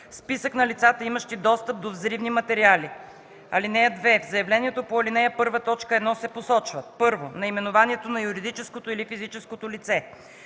списък на лицата, имащи достъп до взривни материали. (2) В заявлението по ал. 1, т. 1 се посочват: 1. наименованието на юридическото или физическото лице;